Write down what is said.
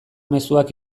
mezuak